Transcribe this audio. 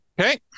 Okay